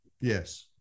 Yes